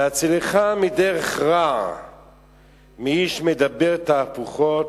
"להצילך מדרך רע מאיש מדבר תהפכות.